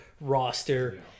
roster